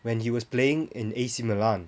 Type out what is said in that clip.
when he was playing in A_C Milan